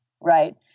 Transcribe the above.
Right